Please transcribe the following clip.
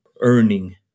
earning